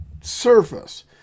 surface